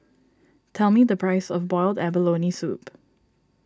tell me the price of Boiled Abalone Soup